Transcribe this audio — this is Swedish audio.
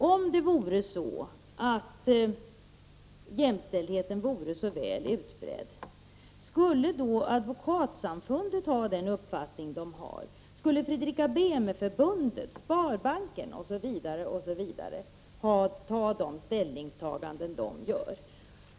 Om jämställdheten var så väl utbredd, skulle Advokatsamfundet då ha den uppfattning som man där har och skulle då Fredrika Bremer-förbundet göra de ställningstagar n man där gör?